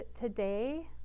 today